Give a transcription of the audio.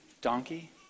donkey